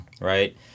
right